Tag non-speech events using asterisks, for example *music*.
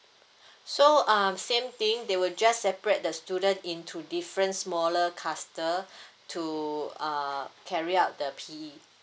*breath* so um same thing they will just separate the student into different smaller cluster *breath* to uh carry out the P_E